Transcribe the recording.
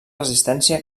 resistència